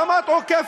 למה את עוקפת,